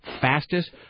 fastest